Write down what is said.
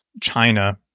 China